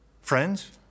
Friends